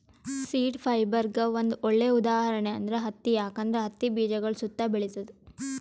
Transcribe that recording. seed ಫೈಬರ್ಗ್ ಒಂದ್ ಒಳ್ಳೆ ಉದಾಹರಣೆ ಅಂದ್ರ ಹತ್ತಿ ಯಾಕಂದ್ರ ಹತ್ತಿ ಬೀಜಗಳ್ ಸುತ್ತಾ ಬೆಳಿತದ್